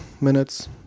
minutes